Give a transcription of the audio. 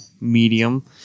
medium